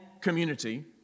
community